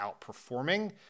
outperforming